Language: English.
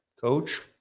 coach